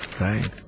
right